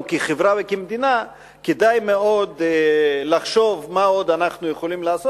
כחברה וכמדינה כדאי מאוד לחשוב מה עוד אנחנו יכולים לעשות.